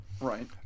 right